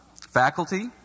Faculty